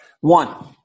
One